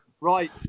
Right